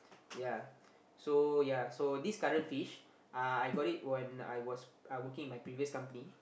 ya so ya so this current fish uh I got it when I was I working in my previous company